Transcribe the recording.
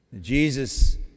Jesus